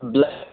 black